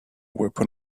weapon